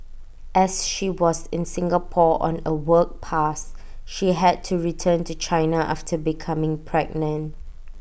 as she was in Singapore on A work pass she had to return to China after becoming pregnant